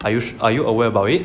are you are you aware about it